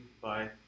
bye